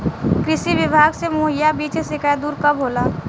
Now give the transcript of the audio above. कृषि विभाग से मुहैया बीज के शिकायत दुर कब होला?